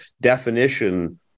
Definition